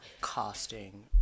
Costing